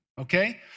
Okay